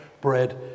bread